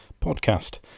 podcast